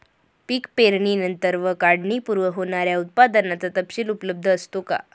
पीक पेरणीनंतर व काढणीपूर्वी होणाऱ्या उत्पादनाचा तपशील उपलब्ध असतो का?